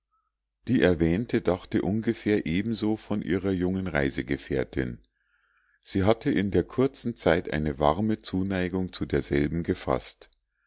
die erwähnte dachte ungefähr ebenso von ihrer jungen reisegefährtin sie hatte in der kurzen zeit eine warme zuneigung zu derselben gefaßt